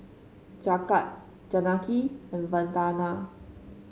Jagat Janaki and Vandana